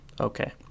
okay